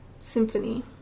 symphony